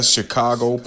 Chicago